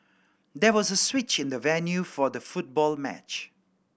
there was a switch in the venue for the football match